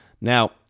Now